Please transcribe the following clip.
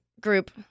group